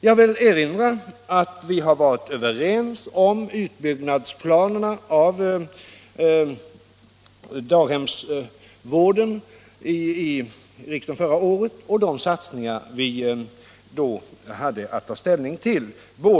Jag vill erinra om att vi förra året i riksdagen var överens om de satsningar för utbyggnad av daghemsvården som vi då hade att ta ställning till.